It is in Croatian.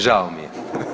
Žao mi je.